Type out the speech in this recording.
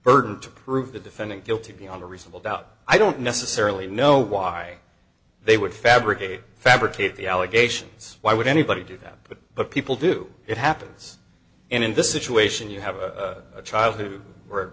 burden to prove the defendant guilty beyond a reasonable doubt i don't necessarily know why they would fabricate fabricate the allegations why would anybody do that but but people do it happens and in this situation you have a child who w